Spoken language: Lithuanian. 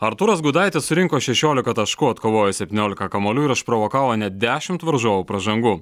artūras gudaitis surinko šešiolika taškų atkovojo septyniolika kamuolių ir išprovokavo net dešimt varžovų pražangų